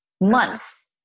months